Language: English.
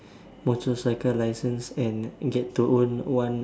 motorcycle license and get to own one